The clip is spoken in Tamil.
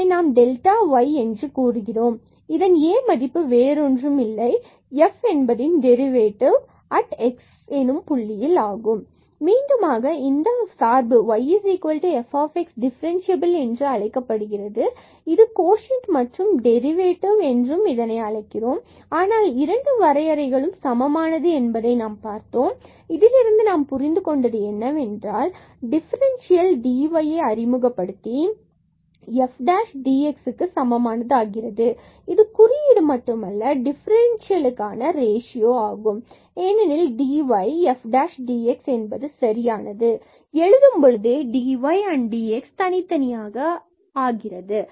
இதனை நாம் டெல்டா y என கூறுகின்றோம் இதன் A மதிப்பானது வேறொன்றுமில்லை f டெரிவேட்டிவ் ஆகும் மீண்டும் ஆக இந்த yf சார்பானது டிஃபரண்ட்சியபில் என்று அழைக்கப்படுகிறது இது கோஷன்ட் மற்றும் இதை டெரிவேட்டிவ் என்று இதனை அழைக்கிறோம் ஆனால் இரண்டு வரையறைகளும் சமமானது என்பதை நாம் பார்த்தோம் மற்றும் இதிலிருந்து நாம் புரிந்து கொண்டது என்னவென்றால் டிபரன்சியல் dy அறிமுகப்படுத்தி இது f' dx சமமானது ஆகிறது இது குறியீடு மட்டுமல்ல டிபரன்சியல்காண ரேஸியோ ஆகும் ஏனெனில் dyf' dx என்பது சரியானது எழுதும்பொழுது dy and dx தனித்தனியாக ஆகிறது